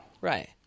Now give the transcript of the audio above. Right